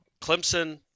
Clemson